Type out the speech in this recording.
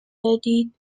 دادید